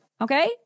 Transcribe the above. Okay